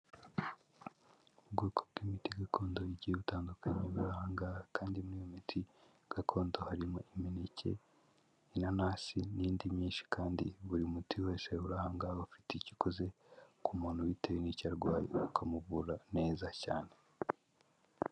Ubwoko bw'imiti gakondo bugiye butandukanye buri aha ngaha kandi muri iyo miti gakondo harimo imineke, inanasi n'indi myinshi kandi buri muti wese uri aha ngaha ufite icyo ukoze ku muntu bitewe n'icyo arwaye ukamuvura neza cyane.